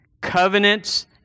covenants